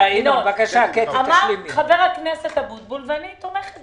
אמר חבר הכנסת אבוטבול, ואני תומכת